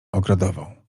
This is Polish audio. ogrodową